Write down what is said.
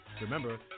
Remember